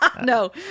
no